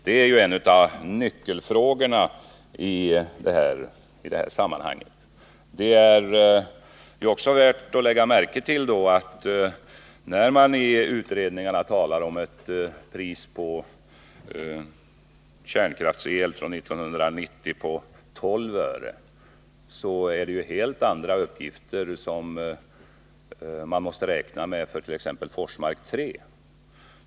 Det är ju en av nyckelfrågorna i det här sammanhanget. Det är också värt att lägga märke till att medan utredningarna talar om ett pris på kärnkrafts-el år 1990 på 12 öre, så är det helt andra priser som man måste räkna med för Forsmark 3.